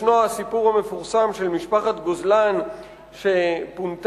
יש הסיפור המפורסם של משפחת גוזלן שפונתה